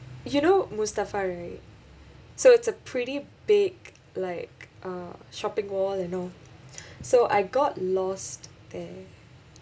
you know Mustafa right so it's a pretty big like uh shopping mall and all so I got lost there